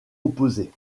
opposés